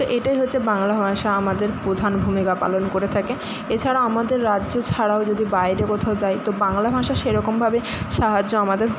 তো এটাই হচ্ছে বাংলা ভাষা আমাদের প্রধান ভূমিকা পালন করে থাকে এছাড়াও আমাদের রাজ্য ছাড়াও যদি বাইরে কোথাও যাই তো বাংলা ভাষা সেরকমভাবে সাহায্য আমাদের